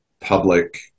public